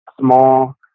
Small